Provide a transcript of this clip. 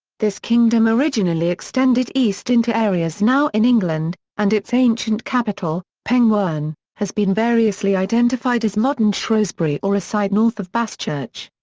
this kingdom originally extended east into areas now in england, and its ancient capital, pengwern, has been variously identified as modern shrewsbury or a site north of baschurch.